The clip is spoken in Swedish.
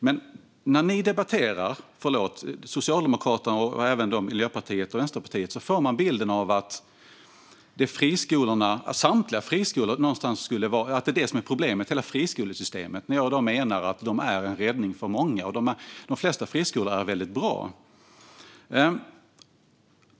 Men när Socialdemokraterna, och även Miljöpartiet och Vänsterpartiet, debatterar får man bilden att det är friskolorna som är problemet - hela friskolesystemet. Jag menar i stället att de är en räddning för många och att de flesta friskolor är väldigt bra.